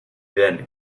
then